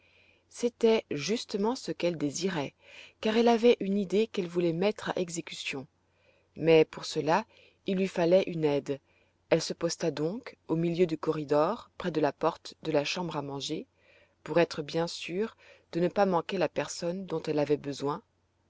c'était justement ce qu'elle désirait car elle avait une idée qu'elle voulait mettre à exécution mais pour cela il lui fallait une aide elle se posta donc au milieu du corridor près de la porte de la chambre à manger pour être bien sûre de ne pas manquer la personne dont elle avait besoin